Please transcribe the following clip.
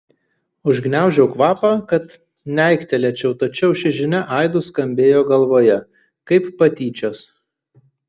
užgniaužiau kvapą kad neaiktelėčiau tačiau ši žinia aidu skambėjo galvoje kaip patyčios